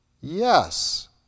Yes